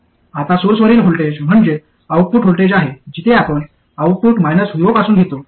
आता सोर्सवरील व्होल्टेज म्हणजे आऊटपुट व्होल्टेज आहे जिथे आपण आउटपुट vo पासून घेतो